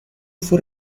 fue